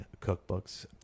cookbooks